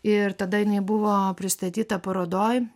ir tada jinai buvo pristatyta parodoj